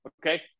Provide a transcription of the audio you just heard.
Okay